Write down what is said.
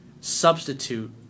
substitute